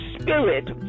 spirit